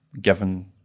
given